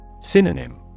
Synonym